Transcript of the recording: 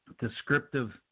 descriptive